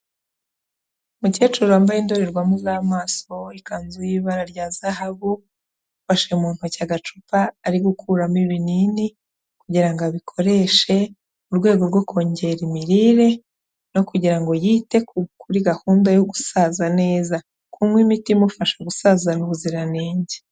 Umukecuru wambaye indorerwamo z'amaso, ikanzu y'ibara rya zahabu, afashe mu ntoki agacupa ari gukuramo ibinini kugira ngo abikoreshe mu rwego rwo kongera imirire no kugira ngo yite kuri gahunda yo gusaza neza, kunywa imiti imufasha gusazana ubuziranenge.